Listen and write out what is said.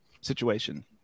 situation